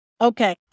Okay